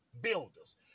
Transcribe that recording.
builders